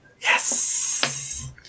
Yes